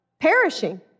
perishing